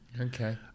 Okay